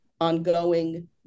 ongoing